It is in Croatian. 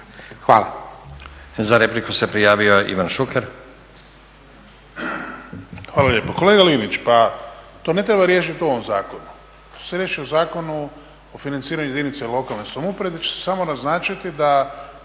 (SDP)** Za repliku se prijavio Ivan Šuker.